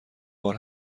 بار